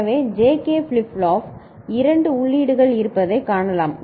எனவே JK flip flop இரண்டு உள்ளீடுகள் இருப்பதைக் காணலாம்